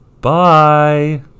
Bye